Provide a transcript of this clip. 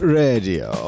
radio